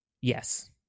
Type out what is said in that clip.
Yes